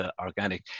organic